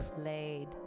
Played